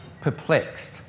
perplexed